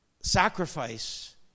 sacrifice